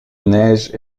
neige